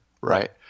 right